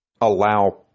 Allow